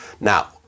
Now